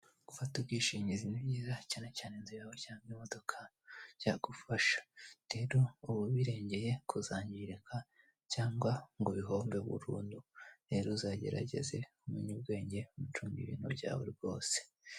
Gufata ubwishingizi ni byiza cyane cyane izo gushyira ku modoka byagufasha rero uba wirengeye kuzangirika cyangwa ngo ubihombe burundu rero uzagerageze kumenya ubwenge ucunge ibintu byawe rwose.